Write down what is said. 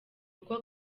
uko